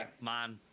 man